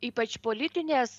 ypač politines